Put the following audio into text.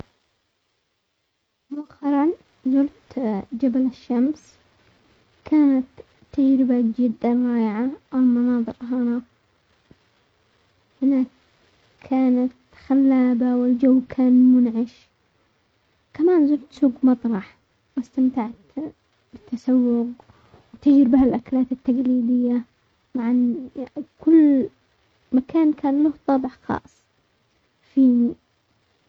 مؤخرا زرت جبل الشمس كانت تجربة جدا رائعة، المناظر هنا-هناك كانت خلابة والجو كان منعش، كمان زرت سوق مطرح واستمتعت بالتسوق وتجربة الاكلات التقليدية مع كل مكان كان له طابع خاص في.